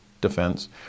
defense